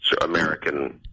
American